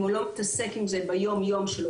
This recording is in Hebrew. אם הוא לא מתעסק עם זה ביום-יום שלו